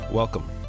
Welcome